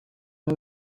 not